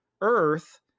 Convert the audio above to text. earth